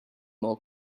more